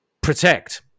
protect